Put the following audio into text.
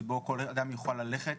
שכל אדם יוכל ללכת,